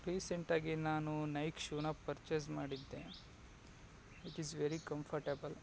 ರೀಸೆಂಟಾಗಿ ನಾನು ನೈಕ್ ಶೂನ ಪರ್ಚೇಸ್ ಮಾಡಿದ್ದೆ ಇಟ್ ಈಸ್ ವೆರಿ ಕಂಫರ್ಟೇಬಲ್